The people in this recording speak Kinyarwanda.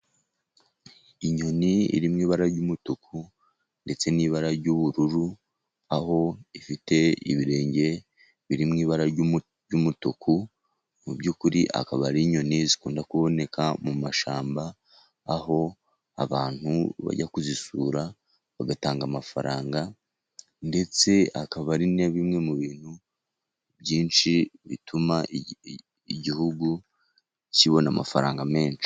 Inyoni iri mu ibara ry'umutuku, ndetse n'ibara ry'ubururu ,aho ifite ibirenge biri mu ibara ry'umutuku, mu by'ukuri akaba ari inyoni zikunda kuboneka mu mashyamba ,aho abantu bajya kuzisura bagatanga amafaranga ,ndetse akaba ari na bimwe mu bintu byinshi bituma igihugu kibona amafaranga menshi.